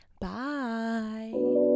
Bye